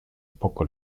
poco